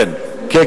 כן,